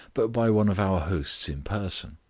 but by one of our hosts in person.